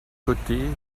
côtés